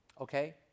okay